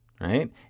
Right